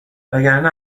وگرنه